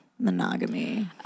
Monogamy